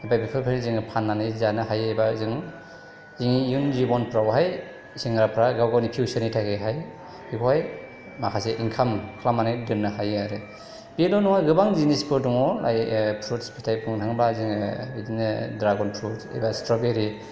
ओमफ्राय बेफोरबायदि जोङो फाननानै जानो हायो एबा जों जोंनि इयुन जिब'नफोरावहाय सेंग्राफोरा गाव गावनि फिउचारनि थाखायहाय बेखौहाय माखासे इनकाम खालामनानै दोननो हायो आरो बेल' नङा गोबां जिनिसफोर दङ फ्रुइट्स फिथाइ बुंनो थाङोबा जोङो बिदिनो ड्रागन फ्रुइट्स एबा स्ट्र'बेरि